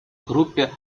группе